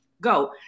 go